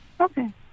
Okay